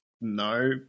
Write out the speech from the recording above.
no